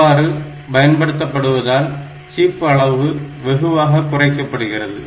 இவ்வாறு பயன்படுத்தப்படுவதால் சிப் அளவு வெகுவாக குறைக்கப்படுகிறது